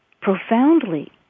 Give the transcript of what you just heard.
profoundly